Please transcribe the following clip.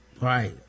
Right